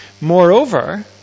Moreover